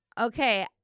Okay